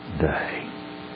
day